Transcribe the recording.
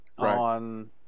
On